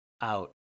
out